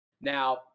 Now